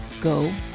Go